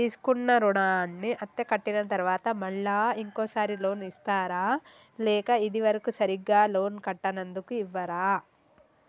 తీసుకున్న రుణాన్ని అత్తే కట్టిన తరువాత మళ్ళా ఇంకో సారి లోన్ ఇస్తారా లేక ఇది వరకు సరిగ్గా లోన్ కట్టనందుకు ఇవ్వరా?